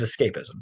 escapism